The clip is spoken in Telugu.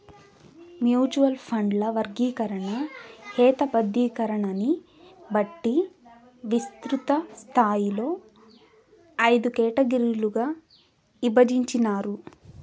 మ్యూచువల్ ఫండ్ల వర్గీకరణ, హేతబద్ధీకరణని బట్టి విస్తృతస్థాయిలో అయిదు కేటగిరీలుగా ఇభజించినారు